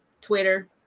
Twitter